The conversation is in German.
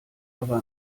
aber